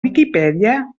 viquipèdia